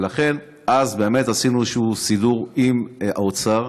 ולכן אז עשינו סידור עם האוצר